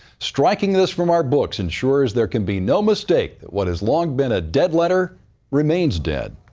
striking this from our books ensures there can be no mistake that what has long been a dead letter remains dead.